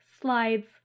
slides